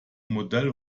modell